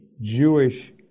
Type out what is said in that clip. Jewish